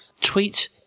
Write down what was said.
tweet